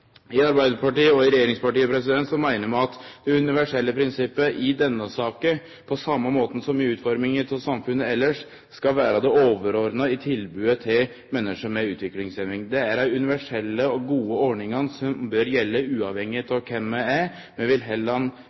I Arbeidarpartiet, og i regjeringspartia, meiner vi at det universelle prinsippet i denne saka – på same måten som i utforminga av samfunnet elles – skal vere det overordna i tilbodet til menneske med utviklingshemming. Det er dei universelle og gode ordningane som bør gjelde, uavhengig av kven vi er. Vi vil heller